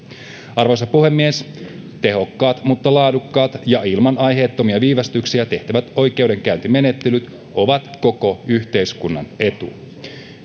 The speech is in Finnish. arvoisa puhemies tehokkaat mutta laadukkaat ja ilman aiheettomia viivästyksiä tehtävät oikeudenkäyntimenettelyt ovat koko yhteiskunnan etu